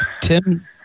Tim